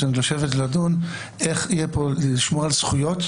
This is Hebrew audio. צריך לשבת ולדון איך לשמור על זכויות,